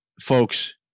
Folks